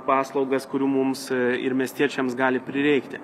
paslaugas kurių mums ir miestiečiams gali prireikti